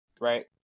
right